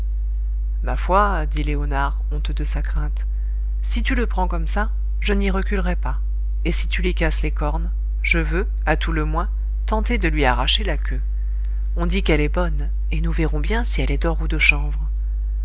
ma foi dit léonard honteux de sa crainte si tu le prends comme ça je n'y reculerai pas et si tu lui casses les cornes je veux à tout le moins tenter de lui arracher la queue on dit qu'elle est bonne et nous verrons bien si elle est d'or ou de chanvre